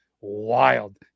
wild